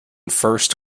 first